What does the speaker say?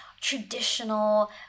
traditional